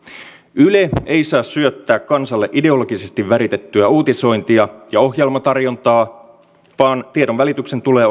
yle ei saa syöttää kansalle ideologisesti väritettyä uutisointia ja ohjelmatarjontaa vaan tiedonvälityksen tulee